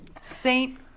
Saint